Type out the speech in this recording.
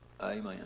Amen